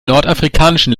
nordafrikanischen